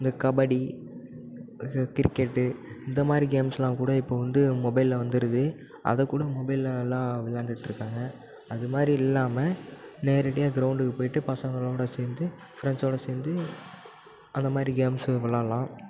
இந்த கபடி கிரிக்கெட்டு இந்த மாதிரி கேம்ஸ் எல்லாம் கூட இப்போது வந்து மொபைலில் வந்துடுது அதைக் கூட மொபைலில் எல்லாம் விளையாண்டுட்டு இருக்காங்க அது மாதிரி இல்லாமல் நேரடியாக கிரவுண்டுக்கு போய்ட்டு பசங்களோடு சேர்ந்து ஃப்ரெண்ட்ஸ்ஸோடு சேர்ந்து அந்த மாதிரி கேம்ஸ்ஸு விளையாடலாம்